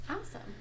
Awesome